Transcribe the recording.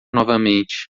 novamente